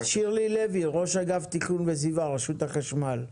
שירלי לוי, ראש אגף תכנון וסביבה, רשות החשמל.